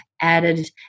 added